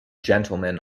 gentlemen